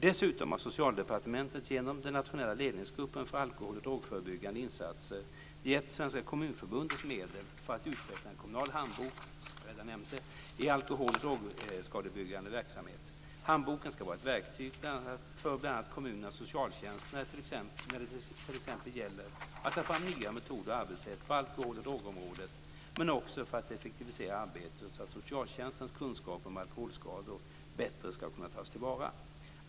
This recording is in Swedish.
Dessutom har Socialdepartementet genom den nationella ledningsgruppen för alkohol och drogförebyggande insatser givit Svenska Kommunförbundet medel för att utveckla en kommunal handbok, såsom jag redan har nämnt, i alkohol och drogskadeförebyggande verksamhet. Handboken ska vara ett verktyg för bl.a. kommunernas socialtjänst när det t.ex. gäller att ta fram nya metoder och arbetssätt på alkohol och drogområdet men också för att effektivisera arbetet så att socialtjänstens kunskaper om alkoholskador bättre ska kunna tas till vara.